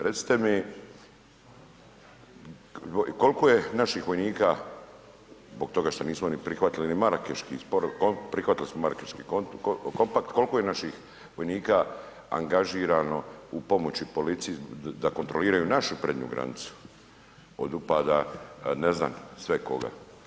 Recite mi i koliko je naših vojnika, zbog toga što nismo ni prihvatili ni marakeški sporazum, prihvatili smo marakeški kompakt, koliko je naših vojnika angažirano u pomoći policiji da kontroliraju našu prednju granicu od upada, ne znam sve koga?